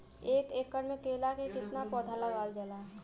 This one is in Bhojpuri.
एक एकड़ में केला के कितना पौधा लगावल जाला?